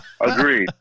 Agreed